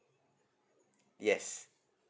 yes